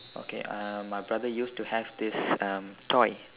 okay uh my brother used to have this um toy